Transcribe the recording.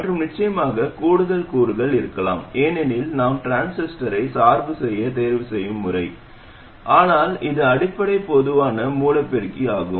மற்றும் நிச்சயமாக கூடுதல் கூறுகள் இருக்கலாம் ஏனெனில் நாம் டிரான்சிஸ்டரை சார்பு செய்ய தேர்வு செய்யும் முறை ஆனால் இது அடிப்படை பொதுவான மூல பெருக்கி ஆகும்